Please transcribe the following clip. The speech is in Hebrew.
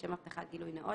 לשם הבטחת גילוי נאות,